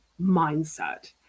mindset